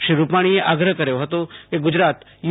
શ્રી રૂપાણીએ આગ્રહ કર્યો હતો કે ગુજરાત યુ